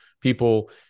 people